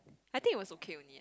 I think it was okay only